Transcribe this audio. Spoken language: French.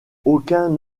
aucun